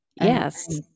Yes